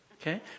Okay